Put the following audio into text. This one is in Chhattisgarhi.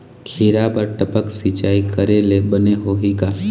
खिरा बर टपक सिचाई करे ले बने होही का?